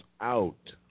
out